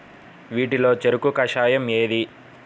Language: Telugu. వీటిలో చెరకు కషాయం ఏది?